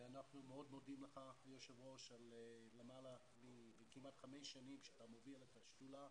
אנחנו מאוד מודים לך היושב ראש על שכמעט חמש שנים אתה מוביל את השדולה.